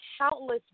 countless